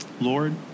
Lord